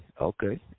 okay